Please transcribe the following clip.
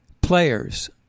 players